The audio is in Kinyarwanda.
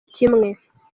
kimwe